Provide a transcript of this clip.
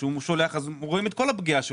כשהוא שולח, רואים את כל הפגיעה שלו.